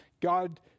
God